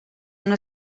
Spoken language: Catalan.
una